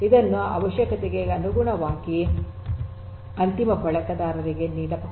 ಇದನ್ನು ಅವಶ್ಯಕತೆಗಳಿಗೆ ಅನುಗುಣವಾಗಿ ಅಂತಿಮ ಬಳಕೆದಾರರಿಗೆ ನೀಡಬಹುದು